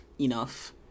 enough